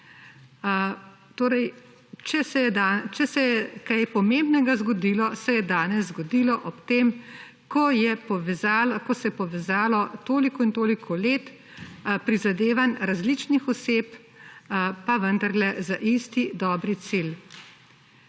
Torej, če se je kaj pomembnega zgodilo, se je danes zgodilo ob tem, ko se je povezalo toliko in toliko let prizadevanj različnih oseb, pa vendarle za isti dobri cilj.